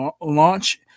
launch